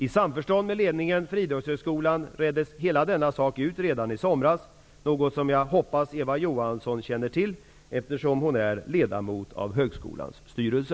I samförstånd med ledningen för Idrottshögskolan reddes saken ut redan i somras, något som jag hoppas att Eva Johansson känner till, eftersom hon är ledamot av högskolans styrelse.